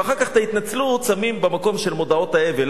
ואחר כך את ההתנצלות שמים במקום של מודעות האבל.